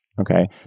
okay